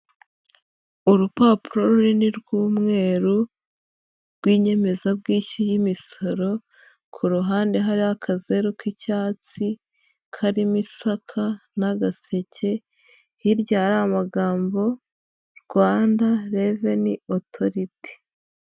Urupapuro runini rw'umweru rw'inyemezabwishyu y'imisoro, ku ruhande hari akazeru k'icyatsi karimo isaka n'agaseke, hirya hari amagambo, Rwanda reveni otoriti.